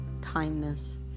kindness